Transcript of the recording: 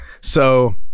So-